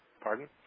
Pardon